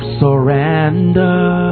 surrender